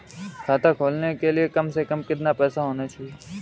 खाता खोलने के लिए कम से कम कितना पैसा होना चाहिए?